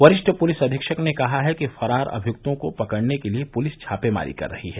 वरिष्ठ पुलिस अधीक्षक ने कहा कि फ़रार अभियुक्तों को पकड़ने के लिए पुलिस छापेमारी कर रही है